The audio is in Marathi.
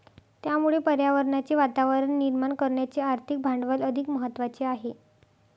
त्यामुळे पर्यावरणाचे वातावरण निर्माण करण्याचे आर्थिक भांडवल अधिक महत्त्वाचे आहे